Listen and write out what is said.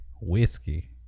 Whiskey